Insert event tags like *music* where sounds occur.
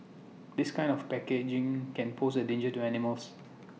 this kind of packaging can pose A danger to animals *noise*